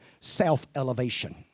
self-elevation